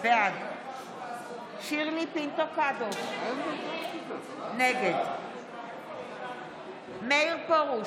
בעד שירלי פינטו קדוש, נגד מאיר פרוש,